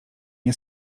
nie